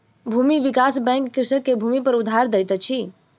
भूमि विकास बैंक कृषक के भूमिपर उधार दैत अछि